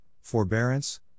forbearance